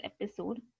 episode